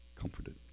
comforted